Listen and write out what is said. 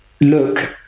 look